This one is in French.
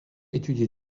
étudie